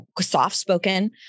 soft-spoken